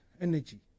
energy